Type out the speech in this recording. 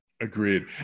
Agreed